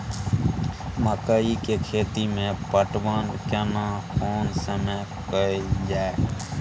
मकई के खेती मे पटवन केना कोन समय कैल जाय?